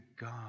God